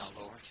Lord